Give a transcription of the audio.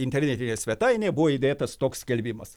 internetinė svetainė buvo įdėtas toks skelbimas